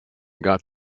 got